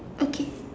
okay